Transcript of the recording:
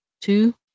two